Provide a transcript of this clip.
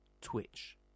Twitch